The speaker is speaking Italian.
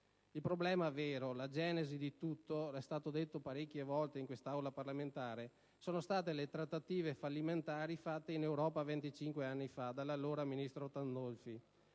Il problema vero, la genesi di tutto, com'è stato detto parecchie volte in quest'Aula parlamentare, sono state le trattative fallimentari condotte in Europa 25 anni fa dall'allora ministro Pandolfi.